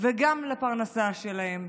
וגם לפרנסה שלהם.